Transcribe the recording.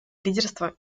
лидерство